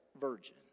virgin